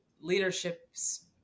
leaderships